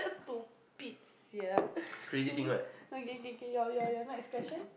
stupid sia okay kay kay your your next question